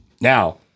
Now